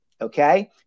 okay